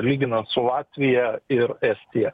lyginant su latvija ir estija